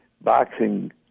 boxing